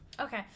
Okay